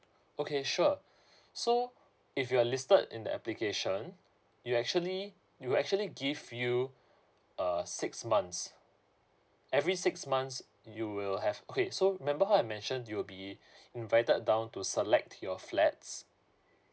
okay sure so if you are listed in the application you actually we'll actually give you uh six months every six months you will have okay so remember how I mentioned you'll be invited down to select your flats